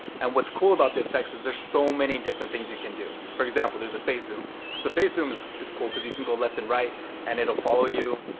and what's cool about the effects is there are so many different things you can do. for example, there's a face zoom. so the face zoom is is cool cause you can go left and right and it'll follow you.